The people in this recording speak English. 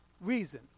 reason